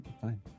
Fine